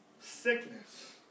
sickness